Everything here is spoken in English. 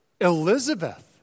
Elizabeth